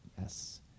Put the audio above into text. Yes